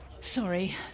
Sorry